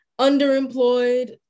underemployed